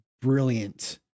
brilliant